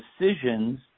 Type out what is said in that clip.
decisions